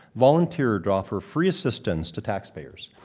volunteered to offer free assistance to taxpayers.